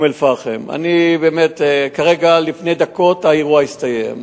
אום-אל-פחם, כרגע, לפני דקות, האירוע הסתיים.